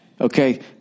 Okay